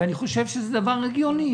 ואני חושב שזה הגיוני,